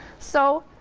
so,